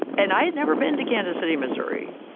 and i had never been to kansas city, missouri.